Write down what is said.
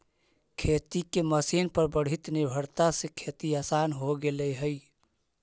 खेती के मशीन पर बढ़ीत निर्भरता से खेती आसान हो गेले हई